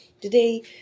today